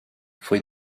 fue